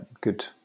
good